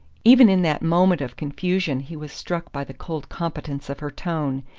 even in that moment of confusion he was struck by the cold competence of her tone,